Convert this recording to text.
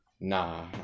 Nah